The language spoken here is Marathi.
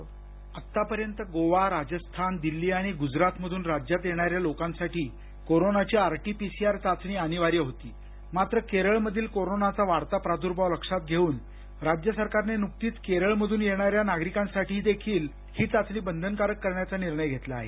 स्क्रिप्ट आत्तापर्यंत गोवा राजस्थान दिल्ली आणि गुजराथ मधून राज्यात येणाऱ्या लोकांसाठी कोरोनाची आर टी पीसीआर चाचणी अनिवार्य होती मात्र केरळमधील कोरोनाचा वाढता प्रादुर्भाव लक्षात घेऊन राज्य सरकारने नुकतीच केरळमधून येणाऱ्या नागरिकांसाठीही ही चाचणी बंधनकारक करण्याचा निर्णय घेतला आहे